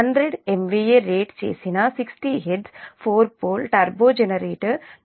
100 MVA rate చేసిన 60 hz 4 pole turbo generator 13